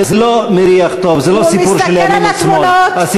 הוא מסתכל על התמונות,